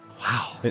Wow